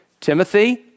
Timothy